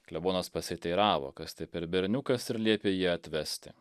klebonas pasiteiravo kas tai per berniukas ir liepė jį atvesti